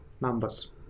numbers